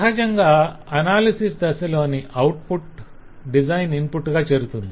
సహజంగా అనాలిసిస్ దశలోని output design input గా చేరుతుంది